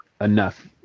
enough